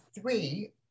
three